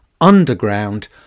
underground